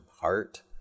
heart